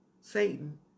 Satan